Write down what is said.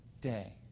day